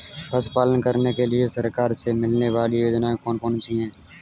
पशु पालन करने के लिए सरकार से मिलने वाली योजनाएँ कौन कौन सी हैं?